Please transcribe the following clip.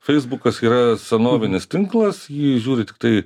feisbukas yra senovinis tinklas jį žiūri tiktai